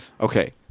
Okay